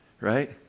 right